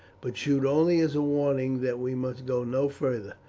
but shoot only as a warning that we must go no farther.